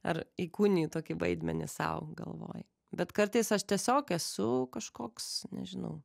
ar įkūnyji tokį vaidmenį sau galvoj bet kartais aš tiesiog esu kažkoks nežinau